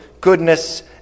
goodness